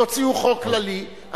תוציאו חוק כללי.